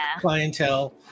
clientele